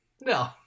No